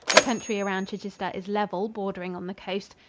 the country around chichester is level bordering on the coast.